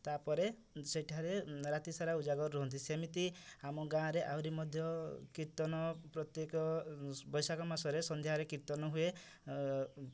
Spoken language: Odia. ତା'ପରେ ସେଠାରେ ରାତିସାରା ଉଜାଗର ରୁହନ୍ତି ସେମିତି ଆମ ଗାଁରେ ଆହୁରି ମଧ୍ୟ କୀର୍ତ୍ତନ ପ୍ରତ୍ୟେକ ବୈଶାଖ ମାସରେ ସନ୍ଧ୍ୟାରେ କୀର୍ତ୍ତନ ହୁଏ